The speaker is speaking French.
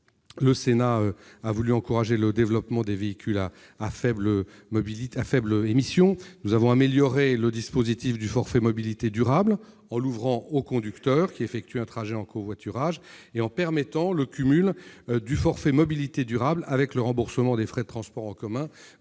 Le Sénat a voulu encourager le développement des véhicules à faibles émissions. Nous avons amélioré le dispositif du forfait mobilité durable en l'ouvrant aux conducteurs qui effectuent un trajet en covoiturage et en permettant le cumul de ce forfait avec le remboursement des frais de transport en commun,